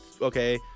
okay